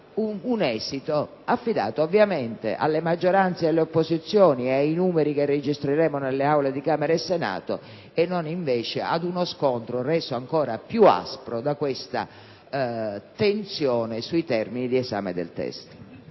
un esito, affidato ovviamente alle maggioranze e alle opposizioni, e ai numeri che registreremo nelle Aule di Camera e Senato, e non invece ad uno scontro reso ancora più aspro da questa tensione sui termini di esame del testo.